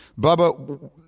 Bubba